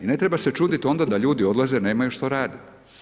I ne treba se čuditi onda da ljudi odlaze jer nemaju što raditi.